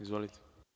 Izvolite.